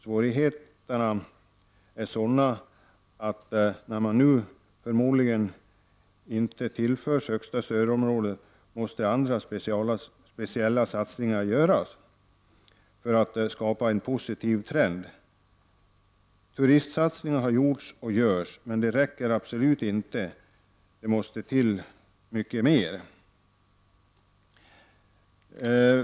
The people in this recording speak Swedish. Svårigheterna är sådana att när de nu förmodligen inte förs till högsta stödområdet, måste andra speciella satsningar till för att skapa en positiv trend. Turistsatsningar har gjorts och görs, men det räcker absolut inte. Det måste till mycket mer.